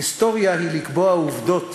היסטוריה היא לקבוע עובדות